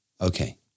Okay